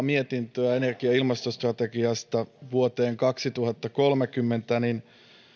mietintöä energia ja ilmastostrategiasta vuoteen kaksituhattakolmekymmentä niin